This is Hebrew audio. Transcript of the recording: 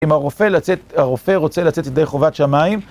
אם הרופא רוצה לצאת ידי חובת שמיים